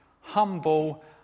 humble